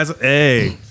hey